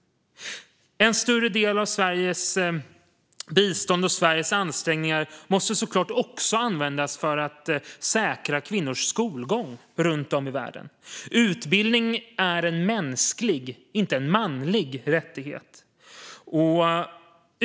En större del av Sveriges bistånd och ansträngningar måste såklart också användas för att säkra kvinnors skolgång runt om i världen. Utbildning är en mänsklig och inte en manlig rättighet.